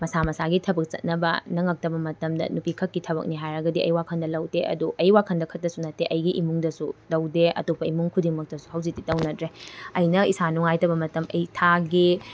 ꯃꯁꯥ ꯃꯁꯥꯒꯤ ꯊꯕꯛ ꯆꯠꯅꯕ ꯅꯪꯉꯛꯇꯕ ꯃꯇꯝꯗ ꯅꯨꯄꯤꯈꯛꯀꯤ ꯊꯕꯛꯅꯤ ꯍꯥꯏꯔꯒꯗꯤ ꯑꯩ ꯋꯥꯈꯟꯗ ꯂꯧꯗꯦ ꯑꯗꯨ ꯑꯩ ꯋꯥꯈꯟꯗ ꯈꯛꯇꯁꯨ ꯅꯠꯇꯦ ꯑꯩꯒꯤ ꯏꯃꯨꯡꯗꯁꯨ ꯇꯧꯗꯦ ꯑꯇꯣꯞꯄ ꯏꯃꯨꯡ ꯈꯨꯗꯤꯡꯃꯛꯇꯁꯨ ꯍꯧꯖꯤꯛꯇꯤ ꯇꯧꯅꯗ꯭ꯔꯦ ꯑꯩꯅ ꯏꯁꯥ ꯅꯨꯡꯉꯥꯏꯇꯕ ꯃꯇꯝ ꯑꯩ ꯊꯥꯒꯤ